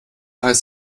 heißt